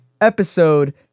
episode